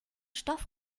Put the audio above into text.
stoff